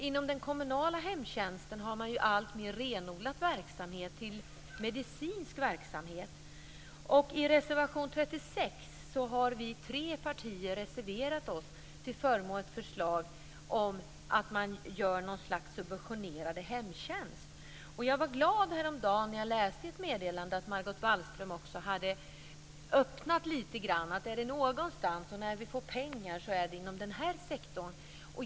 Inom den kommunala hemtjänsten har ju verksamheten mer och mer renodlats till medicinsk verksamhet. Vi är tre partier som i reservation 36 har reserverat oss till förmån för ett förslag om en subventionerad hemtjänst. Jag blev häromdagen glad när jag i ett meddelande läste att Margot Wallström hade öppnat för att när det finns pengar så skall de gå till den sektorn.